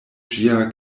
ĝia